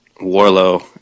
Warlow